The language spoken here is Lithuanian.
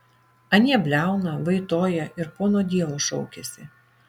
anie bliauna vaitoja ir pono dievo šaukiasi